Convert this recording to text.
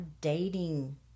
dating